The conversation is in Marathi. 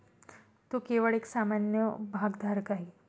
तो केवळ एक सामान्य भागधारक आहे